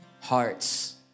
Hearts